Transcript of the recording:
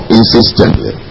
insistently